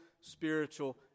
spiritual